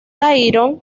tyrion